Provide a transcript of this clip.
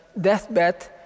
deathbed